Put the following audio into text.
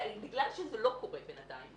בגלל שזה לא קורה בינתיים,